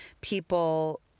people